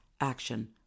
action